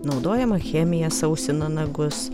naudojama chemija sausina nagus